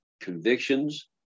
convictions